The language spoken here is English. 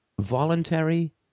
voluntary